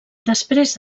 després